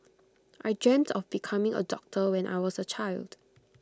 I dreamt of becoming A doctor when I was A child